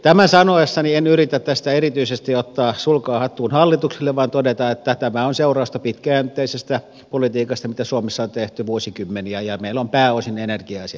tämän sanoessani en yritä tästä erityisesti ottaa sulkaa hattuun hallitukselle vaan todeta että tämä on seurausta pitkäjänteisestä politiikasta mitä suomessa on tehty vuosikymmeniä ja meillä on pääosin energia asiat hyvin